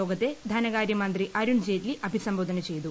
യോഗത്തെ ധനകാര്യമന്ത്രി അരുൺജെയ്റ്റ്ലി അഭിസംബോധന ചെയ്തു